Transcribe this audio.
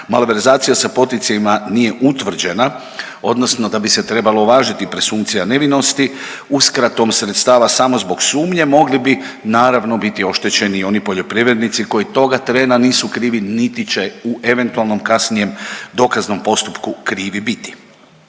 malverzacija sa poticajima nije utvrđena odnosno da bi se trebala uvažiti presumpcija nevinosti uskratom sredstava samo zbog sumnje mogli bi naravno biti oštećeni i oni poljoprivrednici koji toga trena nisu krivi niti će u eventualnom kasnijem dokaznom postupku krivi biti.